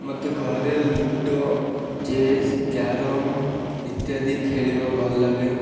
ମୋତେ ଘରେ ludo chess carrom ଇତ୍ୟାଦି ଖେଳିବା ଭଲ ଲାଗେ